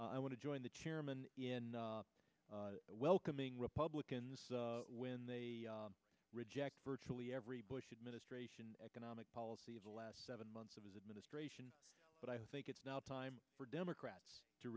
i want to join the chairman in welcoming republicans when they reject virtually every bush administration economic policy of the last seven months of his administration but i think it's now time for democrats to